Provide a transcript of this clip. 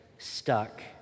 stuck